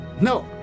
no